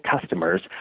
customers